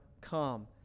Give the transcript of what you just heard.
come